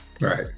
Right